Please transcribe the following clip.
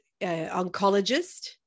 oncologist